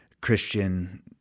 Christian